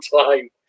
time